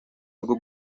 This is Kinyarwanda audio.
rwo